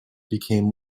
became